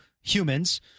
humans